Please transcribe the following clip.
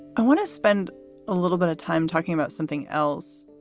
i want to spend a little bit of time talking about something else,